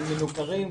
הם מנוכרים,